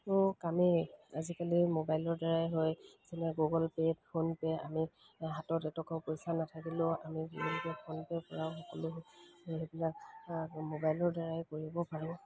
কামেই আজিকালি মোবাইলৰ দ্বাৰাই হয় যেনে গুগল পে' ফোনপে' আমি হাতত এটকা পইচা নাথাকিলেও আমি গুগল পে' ফোন পে' সকলো সেইবিলাক মোবাইলৰ দ্বাৰাই কৰিব পাৰোঁ